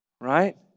right